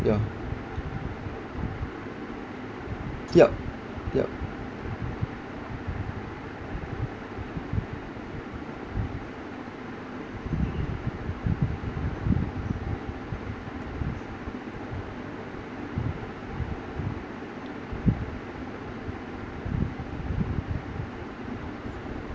yeah yup yup